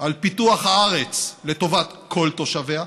על פיתוח הארץ לטובת כל תושביה,